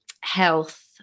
health